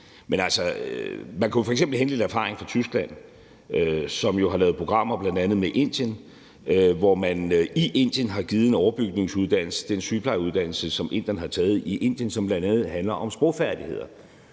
man kunne jo f.eks. hente lidt erfaring fra Tyskland, som har lavet programmer bl.a. med Indien, hvor man i Indien har givet en overbygningsuddannelse. Det er en sygeplejeruddannelse, som inderne har taget i Indien, og som bl.a. handler om sprogfærdigheder.